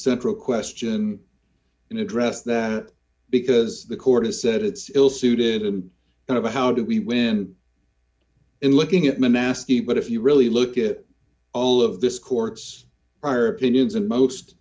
central question in address that because the court has said it's ill suited him and about how do we win in looking at my maskey but if you really look at all of this court's prior opinions and most